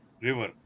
river